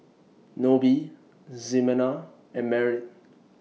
Nobie Ximena and Merritt